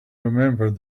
remembered